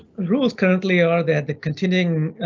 rules currently are there the continuing